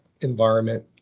environment